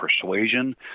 persuasion